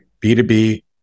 B2B